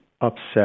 upset